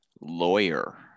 lawyer